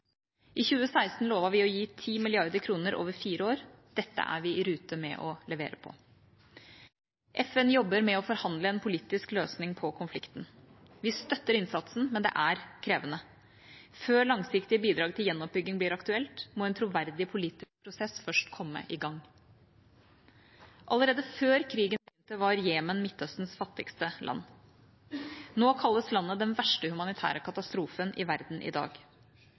I 2016 lovet vi å gi 10 mrd. kr over fire år. Dette er vi i rute med å levere på. FN jobber med å forhandle en politisk løsning på konflikten. Vi støtter innsatsen, men det er krevende. Før langsiktige bidrag til gjenoppbygging blir aktuelt, må en troverdig politisk prosess først komme i gang. Allerede før krigen begynte, var Jemen Midtøstens fattigste land. Nå kalles landet den verste humanitære katastrofen i verden i dag.